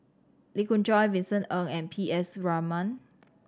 Lee Khoon Choy Vincent Ng and P S Raman